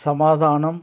சமாதானம்